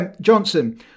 Johnson